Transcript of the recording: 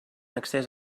accés